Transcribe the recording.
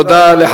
תודה רבה.